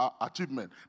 achievement